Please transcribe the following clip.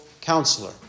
Counselor